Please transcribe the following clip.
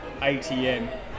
ATM